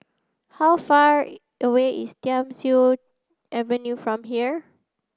how far away is Thiam Siew Avenue from here